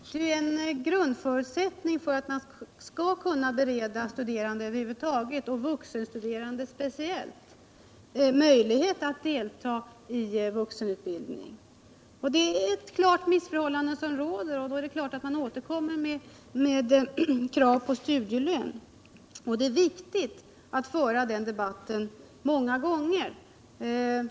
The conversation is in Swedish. Det är en grundförutsättning för att de studerande över huvud taget och speciellt de vuxenstuderande skall ha möjligheter att delta i utbildningsarbetet. Det råder här ett klart missförhållande, och då är det givet att vi återkommer med vårt krav på studielön. Det är också viktigt att vi för den debatten om och om igen.